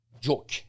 joke